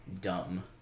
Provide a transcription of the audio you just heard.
Dumb